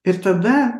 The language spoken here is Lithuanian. ir tada